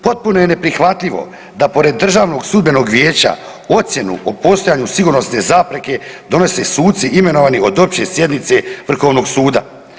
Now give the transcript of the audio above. Potpuno je neprihvatljivo da pored Državnog sudbenog vijeća ocjenu o postojanju sigurnosne zapreke donose suci imenovani od opće sjednice Vrhovnog suda.